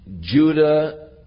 Judah